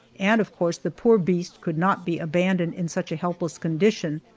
and of course the poor beast could not be abandoned in such a helpless condition,